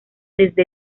desde